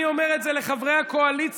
אני אומר את זה לחברי הקואליציה,